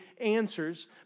answers